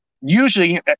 usually